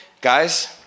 Guys